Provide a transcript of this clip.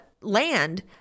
land